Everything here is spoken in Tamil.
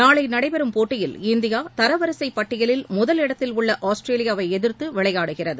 நாளை நடைபெறும் போட்டியில் இந்தியா தரவரிசைப் பட்டியலில் முதலிடத்தில் உள்ள ஆஸ்திரேலியாவை எதிர்த்து விளையாடுகிறது